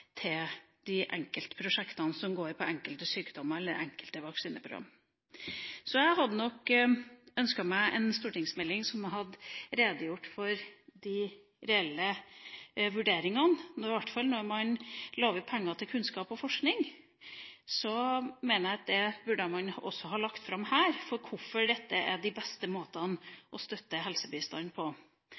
til de enkelte prosjektene som går på enkelte sykdommer eller enkelte vaksineprogram. Så jeg hadde nok ønsket meg en stortingsmelding som hadde redegjort for de reelle vurderingene. I hvert fall når man lover penger til kunnskap og forskning, mener jeg at man også burde ha lagt fram her hvorfor dette er de beste måtene å støtte helsebistand på.